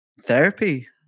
therapy